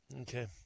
Okay